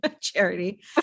charity